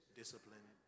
discipline